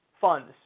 funds